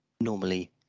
normally